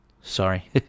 sorry